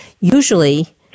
usually